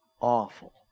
Awful